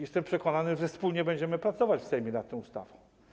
Jestem przekonany, że wspólnie będziemy pracować w Sejmie nad tą ustawą.